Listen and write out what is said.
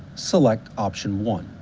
select option one.